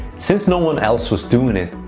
since no one else was doing it,